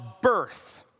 birth